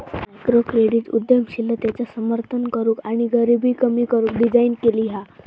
microcredit उद्यमशीलतेचा समर्थन करूक आणि गरीबी कमी करू डिझाईन केली हा